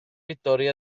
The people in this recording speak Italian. vittorie